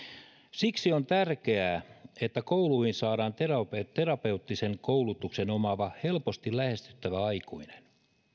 siksi on tärkeää että kouluihin saadaan terapeuttisen koulutuksen omaava helposti lähestyttävä aikuinen